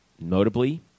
notably